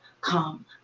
come